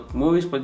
movies